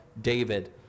David